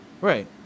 Right